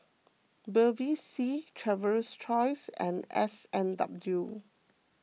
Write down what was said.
Bevy C Traveler's Choice and S and W